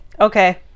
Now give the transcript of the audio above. okay